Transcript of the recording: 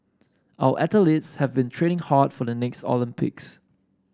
our athletes have been training hard for the next Olympics